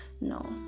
no